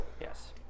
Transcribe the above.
Yes